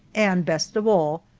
and best of all,